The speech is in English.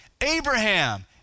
Abraham